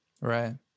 Right